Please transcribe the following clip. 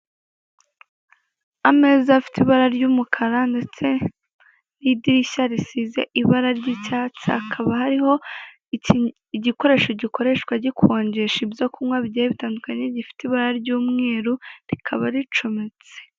Ameza afite ibara ry'umukara ndetse n'idirishya risize ibara ry'icyatsi, hakaba hariho igikoresho gikoreshwa gikonjesha ibyo kunywa bigiye bitandukanye gifite ibara ry'umweru rikaba ricometse.